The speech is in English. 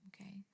okay